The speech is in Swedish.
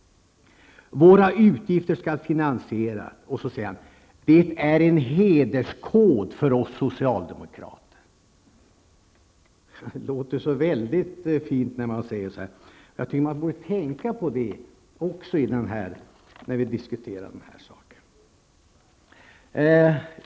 Utgifterna skall finansieras. Det är en hederskod för socialdemokraterna. Det låter väldigt fint när man säger så. Jag tycker att vi borde tänka på det när vi diskuterar den här frågan.